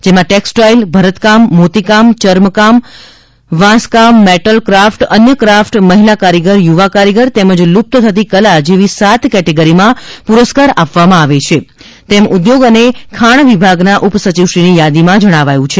જેમાં ટેક્ષટાઇલ ભરતકામ મોતીકામ ચર્મકામ અર્થન લાકડુ તથા વાંસકામ મેટલ ક્રાફટ અન્ય ક્રાફટ મહિલા કારીગર યુવા કારીગર તેમજ લુપ્ત થતી કલા જેવી સાત કેટેગરીમાં પુરસ્કાર આપવામાં આવે છે તેમ ઉદ્યોગ અને ખાજ્ઞ વિભાગના ઉપસચિવશ્રીની યાદીમાં જણાવાયું છે